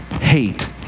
hate